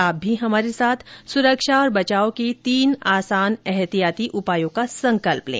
आप भी हमारे साथ सुरक्षा और बचाव के तीन आसान एहतियाती उपायों का संकल्प लें